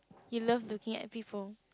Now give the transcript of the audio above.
you love looking at people